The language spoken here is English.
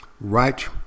Right